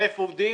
1,000 עובדים?